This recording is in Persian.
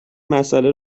مساله